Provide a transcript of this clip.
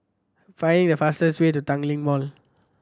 find the fastest way to Tanglin Mall